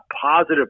positive